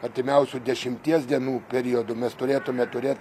artimiausių dešimties dienų periodu mes turėtume turėt